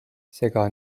sega